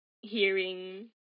hearing